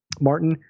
martin